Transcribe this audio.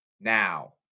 Now